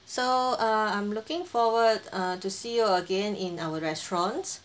so err I'm looking forward err to see you again in our restaurants